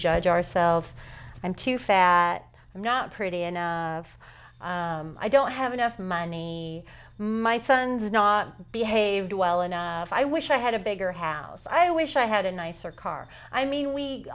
judge ourselves i'm too fat i'm not pretty and of i don't have enough money my son's not behaved well and i wish i had a bigger house i wish i had a nicer car i mean we